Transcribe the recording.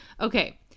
Okay